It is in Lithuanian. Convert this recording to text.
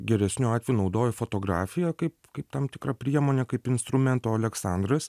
geresniu atveju naudoja fotografiją kaip kaip tam tikrą priemonę kaip instrumentą o aleksandras